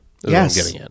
Yes